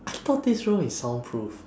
I thought this room is soundproof